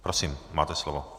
Prosím, máte slovo.